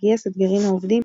גייס את גרעין העובדים,